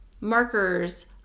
markers